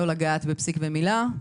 לא לגעת בפסיק ובמילה,